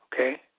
Okay